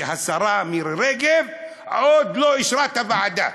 שהשרה מירי רגב עוד לא אישרה את הוועדה,